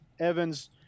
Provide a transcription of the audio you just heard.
Evans